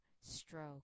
stroke